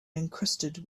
encrusted